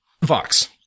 Vox